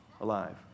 alive